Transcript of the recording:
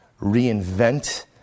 reinvent